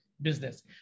business